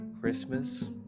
Christmas